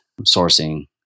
sourcing